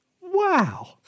Wow